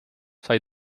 sai